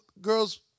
girl's